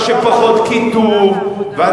וכמה שפחות קיטוב, תורה ועבודה.